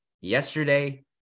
yesterday